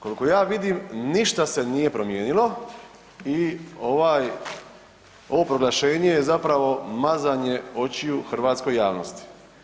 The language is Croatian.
Koliko ja vidim, ništa se nije promijenilo i ovaj, ovo proglašenje je zapravo mazanje očiju hrvatskoj javnosti.